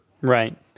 Right